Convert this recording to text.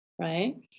right